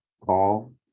call